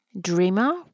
Dreamer